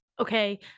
okay